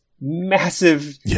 massive